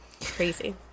crazy